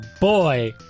boy